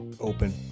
open